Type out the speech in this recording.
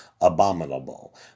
Abominable